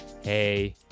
hey